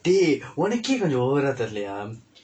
dey உனக்கே கொஞ்சம் ஓவரா தெரியில்ல:unakkae konjsam oovaraa theriyilla